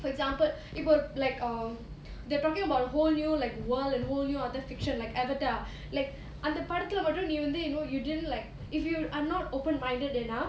for example it would like um they're talking about a whole new like world and whole new other fiction like avatar like அந்த படத்தில மட்டும் நீ வந்து:andha padathila mattum nee vandhu you know you didn't like if you are not open minded enough